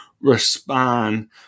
respond